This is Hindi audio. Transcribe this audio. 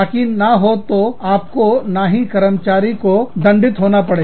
ताकि ना तो आपको ना ही कर्मचारी को दंडित होना पड़े